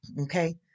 okay